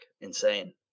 insane